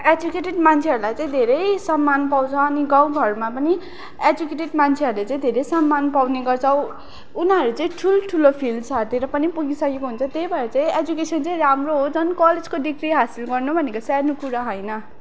educated मान्छेहरूलाई चाहिँ धेरै सम्मान पाउँछ अनि गाउँ घरमा पनि एजुकेटेड मान्छेहरूले चाहिँ धेरै सम्मान पाउने गर्छ उनीहरू चाहिँ ठुल्ठुलो फिल्डहरूतिर पनि पुगिसकेको हुन्छ त्यही भएर चाहिँ एजुकेसन चै राम्रो हो झन् कलेजको डिग्री हासिल गर्नु भनेको सानो कुरा होइन